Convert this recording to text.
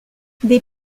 des